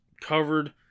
covered